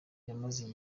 yamaze